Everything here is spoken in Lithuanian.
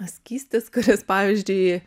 skystis kuris pavyzdžiui